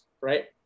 Right